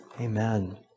Amen